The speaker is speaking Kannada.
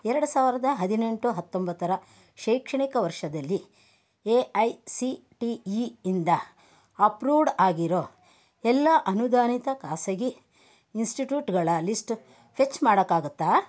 ಎರಡು ಸಾವಿರದ ಹದಿನೆಂಟು ಹತ್ತೊಂಬತ್ತರ ಶೈಕ್ಷಣಿಕ ವರ್ಷದಲ್ಲಿ A I C T E ಇಂದ ಅಪ್ರೂವ್ಡ್ ಆಗಿರೊ ಎಲ್ಲ ಅನುದಾನಿತ ಖಾಸಗಿ ಇನ್ಸ್ಟಿಟ್ಯೂಟ್ಗಳ ಲಿಸ್ಟ್ ಫೆಚ್ ಮಾಡೋಕ್ಕಾಗುತ್ತಾ